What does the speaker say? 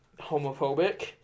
homophobic